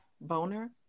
boner